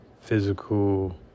physical